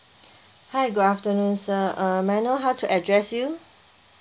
hi good afternoon sir err may I know how to address you